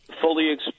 Fully